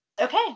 okay